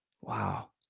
Wow